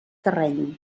terreny